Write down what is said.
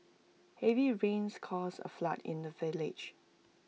heavy rains caused A flood in the village